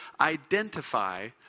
identify